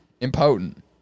Impotent